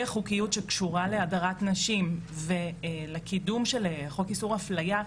החוקיות שקשורה להדרת נשים ולקידום של חוק איסור אפליה,